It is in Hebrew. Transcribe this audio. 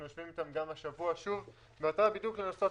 אנחנו יושבים איתם גם השבוע שוב במטרה בדיוק לנסות